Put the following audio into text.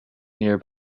near